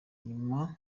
nyuma